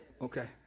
Okay